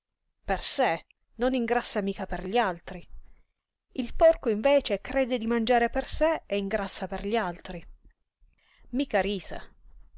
per sé non ingrassa mica per gli altri il porco invece crede di mangiare per sé e ingrassa per gli altri mica rise